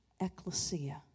ecclesia